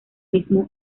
mismo